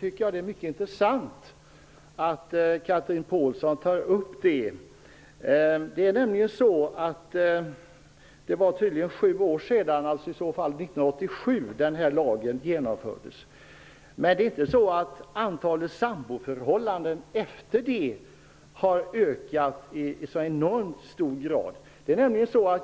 tycker att det är mycket intressant att Chatrine Pålsson tar upp sambolagen. Det var tydligen sju år sedan, alltså 1987, denna lag genomfördes. Men det är inte så att antalet samboförhållanden har ökat i så enormt hög grad.